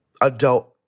adult